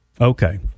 Okay